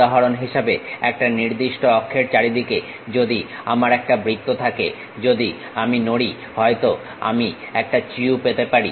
উদাহরণ হিসেবে একটা নির্দিষ্ট অক্ষের চারিদিকে যদি আমার একটা বৃত্ত থাকে যদি আমি নড়ি হয়তো আমি একটা চিউ পেতে পারি